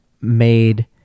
made